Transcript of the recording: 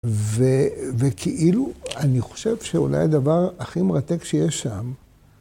וכאילו, אני חושב שאולי הדבר הכי מרתק שיש שם...